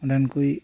ᱚᱸᱰᱮᱱ ᱠᱚᱭᱤᱜ